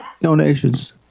donations